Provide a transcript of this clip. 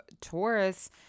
Taurus